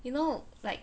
you know like